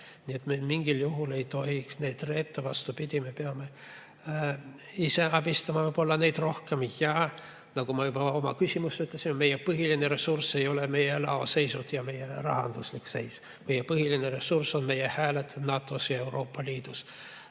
Nii et me mingil juhul ei tohiks neid reeta. Vastupidi, me peame ise abistama neid rohkem. Ja nagu ma juba oma küsimuses ütlesin, meie põhiline ressurss ei ole meie laoseisud ja meie rahanduslik seis. Meie põhiline ressurss on meie hääled NATO-s ja Euroopa Liidus.